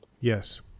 Yes